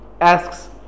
asks